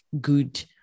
good